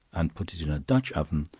and put it in a dutch-oven,